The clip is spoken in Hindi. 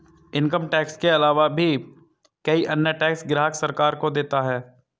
इनकम टैक्स के आलावा भी कई अन्य टैक्स ग्राहक सरकार को देता है